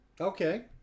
Okay